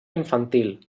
infantil